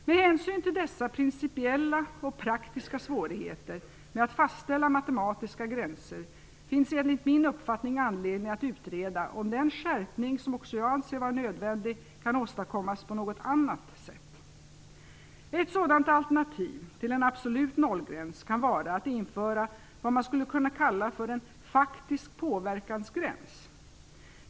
Med hänsyn till dessa principiella och praktiska svårigheter med att fastställa matematiska gränser finns enligt min uppfattning anledning att utreda om den skärpning som också jag anser vara nödvändig kan åstadkommas på något annat sätt. Ett sådant alternativ till en absolut nollgräns kan vara att införa vad man skulle kunna kalla en faktisk påverkansgräns.